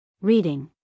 Reading